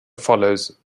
follows